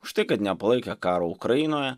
už tai kad nepalaikė karo ukrainoje